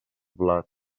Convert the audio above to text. blat